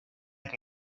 que